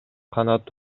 канат